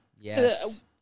yes